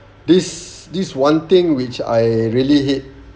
this this one thing which I really hate